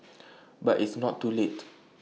but it's not too late